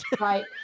right